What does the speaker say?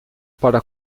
para